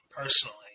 personally